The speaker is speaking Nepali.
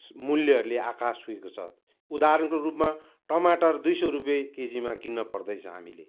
मूल्यहरूले आकाश छोएको छ उदाहरणको रूपमा टमाटर दुई सौ रुपियाँ केजीमा किन्नु पर्दैछ हामीले